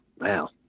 Wow